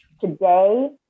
today